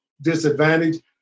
disadvantage